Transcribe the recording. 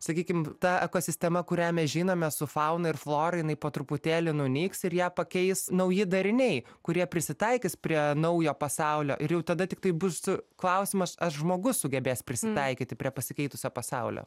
sakykim ta ekosistema kurią mes žinome su fauna ir flora jinai po truputėlį nunyks ir ją pakeis nauji dariniai kurie prisitaikys prie naujo pasaulio ir jau tada tiktai bus klausimas ar žmogus sugebės prisitaikyti prie pasikeitusio pasaulio